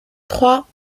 trois